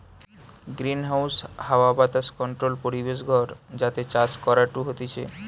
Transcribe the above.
greenhouse হাওয়া বাতাস controlled পরিবেশ ঘর যাতে চাষ করাঢু হতিছে